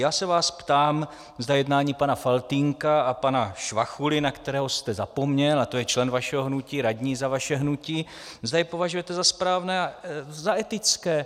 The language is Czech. Já se vás ptám, zda jednání pana Faltýnka a pana Švachuly, na kterého jste zapomněl a to je člen vašeho hnutí, radní za vaše hnutí zda je považujete za správné a za etické.